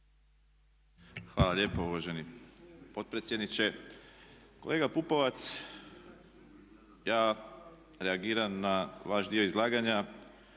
Hvala lijepo uvaženi potpredsjedniče. Kolega Pupovac ja reagiram na vaš dio izlaganja